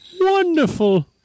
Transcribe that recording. wonderful